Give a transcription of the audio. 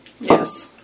Yes